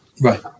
Right